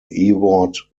ewart